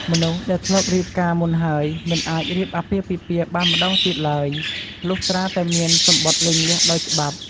មនុស្សដែលធ្លាប់រៀបការមុនហើយ មិនអាចរៀបអាពាហ៍ពិពាហ៍បានម្តងទៀតឡើយ លុះត្រាតែមានសំបុត្រលែងលះដោយច្បាប់។